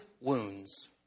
wounds